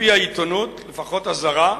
על-פי העיתונות, לפחות הזרה,